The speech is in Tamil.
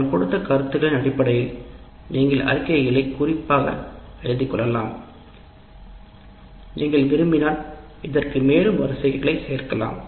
அவர்கள் கொடிய கருத்துக்களின் அடிப்படையில் தொகுப்புகளாக எழுதலாம் நீங்கள் விரும்பினால் இதற்கு மேலும் வரிசைகள் சேர்க்கலாம்